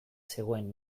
zegoen